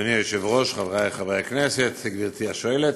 אדוני היושב-ראש, חברי חברי הכנסת, גברתי השואלת,